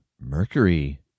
Mercury